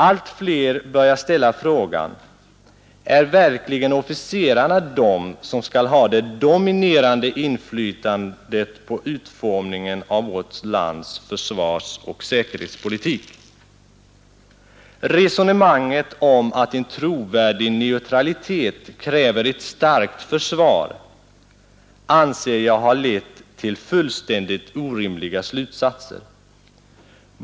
Allt fler börjar ställa frågan: Är det verkligen officerarna som skall ha det dominerande inflytandet på utformningen av vårt lands försvarsoch säkerhetspolitik? Resonemanget om att en trovärdig neutralitet kräver ett starkt försvar anser jag har lett till fullständigt orimliga slutsatser.